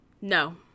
No